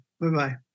bye-bye